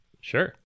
Sure